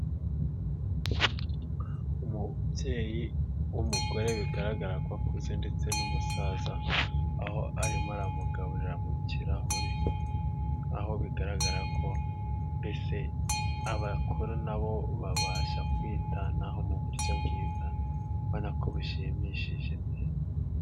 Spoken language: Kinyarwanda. Umubyeyi w'umugore bigaragara ko akuze ndetse n'umusaza, aho arimo aramugaburira mu kirahure, aho bigaragara ko mbese abakuru nabo babasha kwitanaho mu buryo bwiza ubana ko bishimishije pe.